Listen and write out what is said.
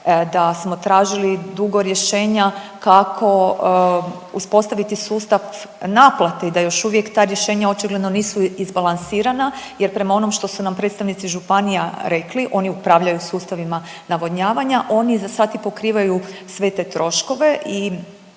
da smo tražili dugo rješenja kako uspostaviti sustav naplate i da još uvijek ta rješenja očigledno nisu izbalansirana jer prema onom što su nam predstavnici županija rekli, oni upravljaju sustavima navodnjavanja, oni za sad i pokrivaju sve te troškove i